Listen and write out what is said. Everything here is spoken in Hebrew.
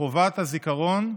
חובת הזיכרון,